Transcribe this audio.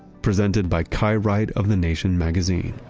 presented by kai wright of the nation magazine